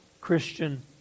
Christian